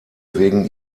wegen